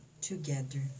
together